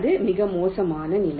அது மிக மோசமான நிலை